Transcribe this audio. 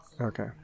Okay